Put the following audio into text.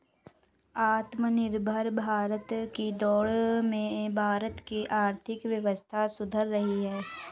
आत्मनिर्भर भारत की दौड़ में भारत की आर्थिक व्यवस्था सुधर रही है